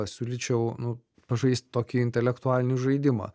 siūlyčiau nu pažaist tokį intelektualinį žaidimą